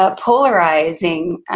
ah polarizing. ah